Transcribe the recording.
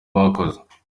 bakoze